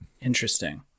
Interesting